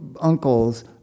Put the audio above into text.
uncles